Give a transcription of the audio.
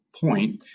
point